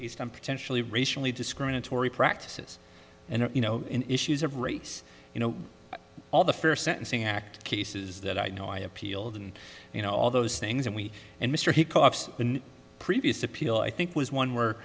potentially racially discriminatory practices and you know issues of race you know all the fair sentencing act cases that i know i appealed and you know all those things and we and mr hickox previous appeal i think was one where